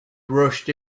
rushed